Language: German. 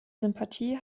sympathie